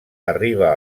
arriba